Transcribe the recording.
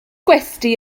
gwesty